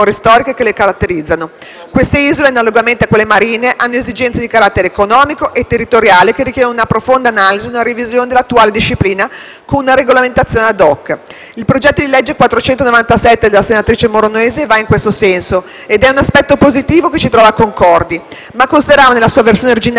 Queste isole, analogamente a quelle marittime, hanno esigenze di carattere economico e territoriale che richiedono una profonda analisi e una revisione dell'attuale disciplina, con una regolamentazione *ad hoc*. Il disegno di legge n. 497 della senatrice Moronese va in tal senso, e questo è un aspetto positivo che ci trova concordi, ma nella sua versione originaria considerava unicamente le isole minori e gli arcipelagi